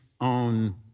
on